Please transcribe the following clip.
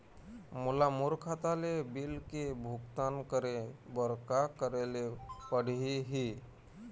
मोला मोर खाता ले बिल के भुगतान करे बर का करेले पड़ही ही?